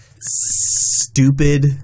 Stupid